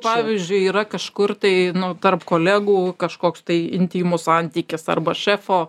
pavyzdžiui yra kažkur tai nu tarp kolegų kažkoks tai intymus santykis arba šefo